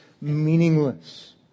meaningless